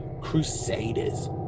crusaders